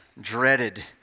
dreaded